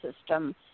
system